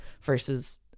versus